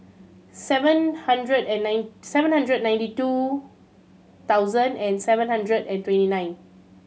seven hundred and nine seven hundred and ninety two thousand and seven hundred and twenty nine